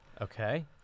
okay